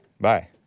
Bye